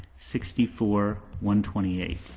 sixty-four, one twenty eight.